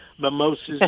mimosas